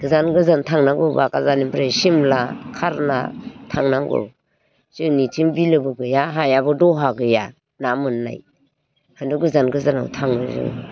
गोजान गोजान थांनांगौबा निफ्राय सिमला खारना थांनांगौ जोंनिथिं बिलोबो गैया हायाबो दहा गैया ना मोननाय ओंखायनोथ' गोजान गोजानाव थाङो जों